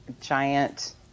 giant